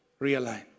Realign